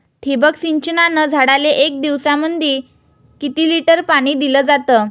ठिबक सिंचनानं झाडाले एक दिवसामंदी किती लिटर पाणी दिलं जातं?